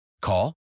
Call